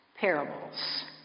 Parables